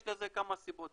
יש לזה כמה סיבות.